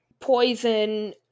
poison